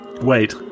Wait